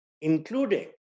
including